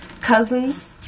cousins